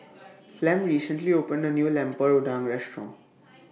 Flem recently opened A New Lemper Udang Restaurant